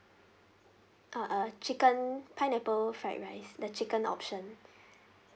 ah ah chicken pineapple fried rice the chicken option